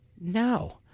No